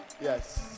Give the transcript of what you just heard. Yes